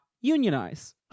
unionize